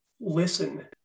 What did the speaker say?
listen